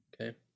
Okay